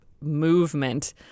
movement